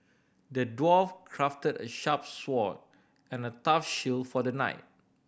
the dwarf crafted a sharp sword and a tough shield for the knight